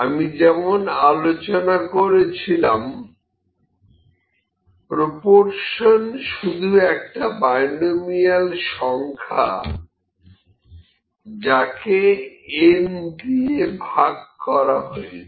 আমি যেমন আলোচনা করেছিলাম প্রপরশন শুধু একটা বাইনোমিয়াল সংখ্যা যাকে n দিয়ে ভাগ করা হয়েছে